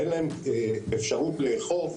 אין להם אפשרות לאכוף